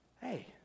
hey